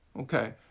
Okay